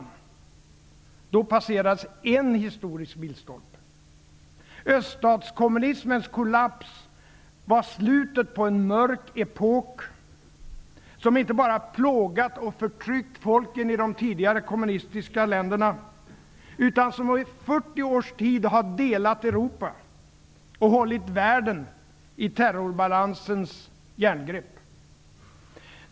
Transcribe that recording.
Vid det tillfället passerades en historisk milstolpe. Öststatskommunismens kollaps var slutet på en mörk epok, som inte bara plågat och förtryckt folken i de tidigare kommunistiska länderna utan som i 40 års tid har delat Europa och hållit världen i terrorbalansens järngrepp.